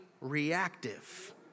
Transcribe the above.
reactive